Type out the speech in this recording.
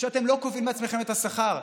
שאתם לא קובעים לעצמכם את השכר,